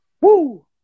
Woo